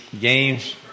games